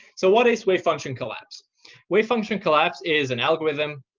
so what is wavefunctioncollapse? wavefunctioncollapse is an algorithm